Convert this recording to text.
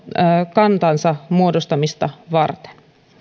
kantansa muodostamista varten